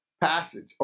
passage